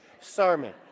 sermon